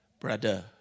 brother